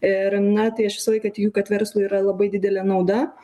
ir na tai aš visą laiką tikiu kad verslui yra labai didelė nauda